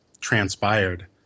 transpired